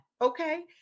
Okay